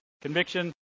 Conviction